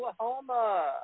Oklahoma